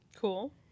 Cool